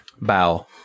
bow